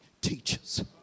teachers